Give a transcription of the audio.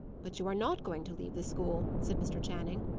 but you are not going to leave the school, said mr. channing.